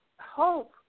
hope